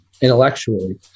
intellectually